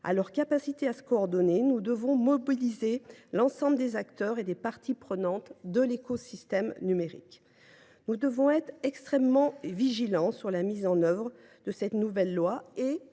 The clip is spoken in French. de leur capacité à se coordonner, nous devrons mobiliser l’ensemble des acteurs et des parties prenantes de l’écosystème numérique. Nous devons être extrêmement vigilants sur la mise en œuvre du présent texte et